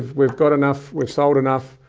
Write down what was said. we've got enough, we've sold enough.